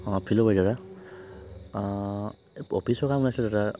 অ' ফিল'বাৰী দাদা অ' অফিচৰ কাম আছিলে দাদা